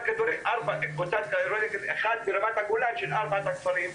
יש קבוצת כדורגל אחת ברמת הגולן של ארבעת הכפרים.